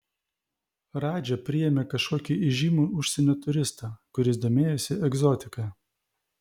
radža priėmė kažkokį įžymų užsienio turistą kuris domėjosi egzotika